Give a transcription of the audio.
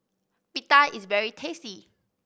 pita is very tasty